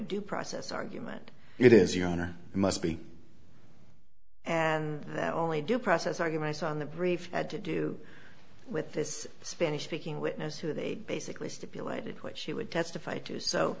due process argument it is your honor must be and that only due process arguments on the brief had to do with this spanish speaking witness who they basically stipulated what she would testify to so